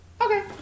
Okay